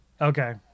Okay